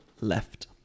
left